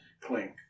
clink